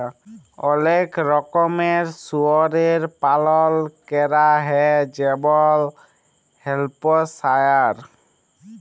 অলেক রকমের শুয়রের পালল ক্যরা হ্যয় যেমল হ্যাম্পশায়ার